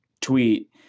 tweet